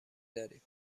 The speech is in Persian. داریم